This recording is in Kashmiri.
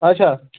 اچھا